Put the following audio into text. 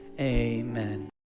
Amen